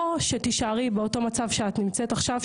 או שתישארי באותו מצב שאת נמצאת עכשיו,